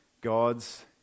God's